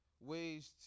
ways